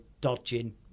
dodging